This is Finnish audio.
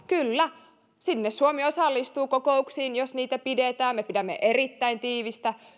kyllä suomi osallistuu kokouksiin jos niitä pidetään me pidämme erittäin tiivistä